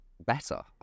better